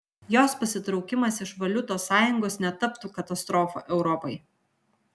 jos pasitraukimas iš valiutos sąjungos netaptų katastrofa europai